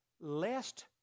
Lest